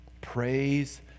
Praise